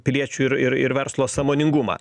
piliečių ir ir ir verslo sąmoningumą